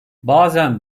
bazen